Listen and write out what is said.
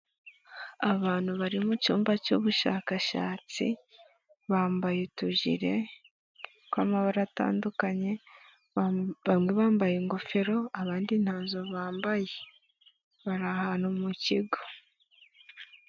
Abantu bari mu cyumba cy'ubushakashatsi, bambaye utujire tw'amabara atandukanye, bambaye ingofero, abandi nta zo bambaye bari ahantu mu kigo.